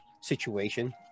situation